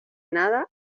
nada